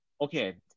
okay